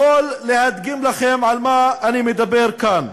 יכול להדגים לכם על מה אני מדבר כאן.